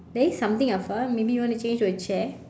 there is something afar maybe you want to change to a chair